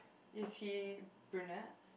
is he brunette